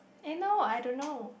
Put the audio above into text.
eh no I don't know